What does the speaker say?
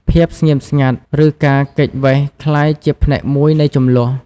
ភាពស្ងៀមស្ងាត់ ឬការគេចវេសក្លាយជាផ្នែកមួយនៃជម្លោះ។